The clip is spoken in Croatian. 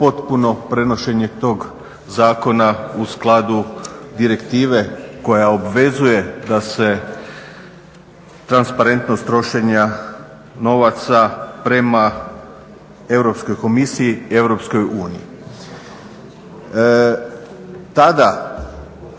potpuno prenošenje tog Zakona u skladu direktive koja obvezuje da se transparentnost trošenja novaca prema Europskoj komisiji, Europskoj uniji. Tada